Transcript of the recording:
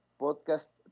podcast